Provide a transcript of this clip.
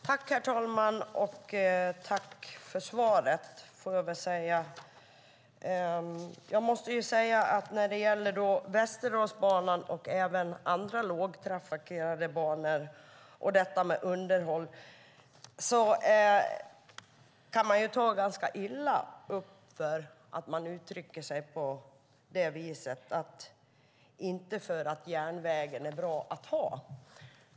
Herr talman! Jag tackar för svaret. När det gäller underhåll på Västerdalsbanan och även på andra lågtrafikerade banor kan man ta ganska illa upp när infrastrukturministern uttrycker sig på följande sätt: "inte för att järnvägen är bra att ha."